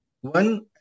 One